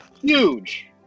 huge